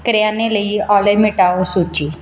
ਕਰਿਆਨੇ ਲਈ ਔਲੇ ਮਿਟਾਓ ਸੂਚੀ